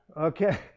Okay